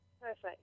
perfect